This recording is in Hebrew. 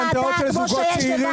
למה אין ועדה כמו שיש ועדת שכר ח"כים?